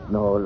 no